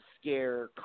scare